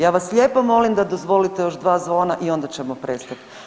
Ja vas lijepo molim da dozvolite još dva zvona i onda ćemo prestat.